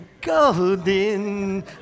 Golden